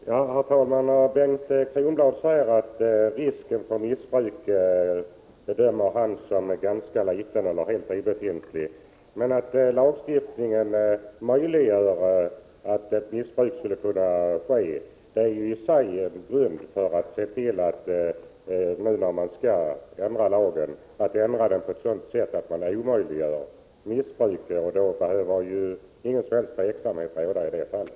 Herr talman! Bengt Kronblad säger att han bedömer risken för missbruk som liten eller helt obefintlig. Men att lagstiftningen möjliggör missbruk är i sig en grund för att se till att man, när man nu ändå skall ändra lagen, ändrar den på ett sådant sätt att man omöjliggör missbruk. Då behöver ju ingen som helst osäkerhet råda.